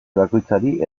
bakoitzari